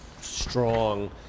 strong